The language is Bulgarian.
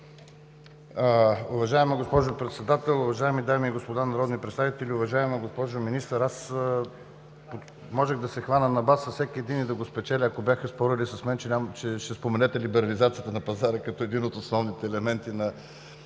Уважаема госпожо Председател, уважаеми дами и господа народни представители! Уважаема госпожо Министър, можех да се хвана на бас с всеки един и да го спечеля, ако бяха спорили с мен, че ще споменете либерализацията на пазара като един от основните елементи за